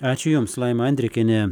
ačiū jums laima andrikienė